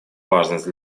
важность